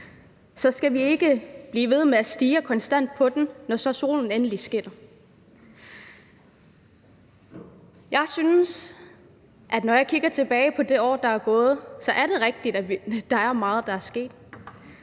så skal vi ikke blive ved med at stirre konstant på den, når så solen endelig skinner. Jeg synes, at når jeg kigger tilbage på det år, der er gået, er det rigtigt, at der er meget, der er sket,